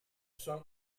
son